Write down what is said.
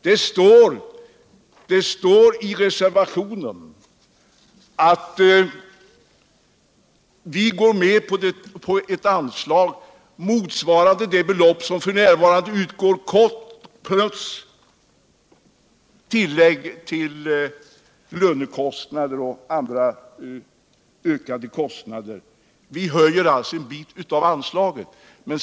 vill jag säga att det står i reservationen att man går med på ett anslag motsvarande det belopp som f. n. utgår plus tillägg för lönekostnader och andra yrkade kostnader. Vi höjer alltså en bit av anslaget.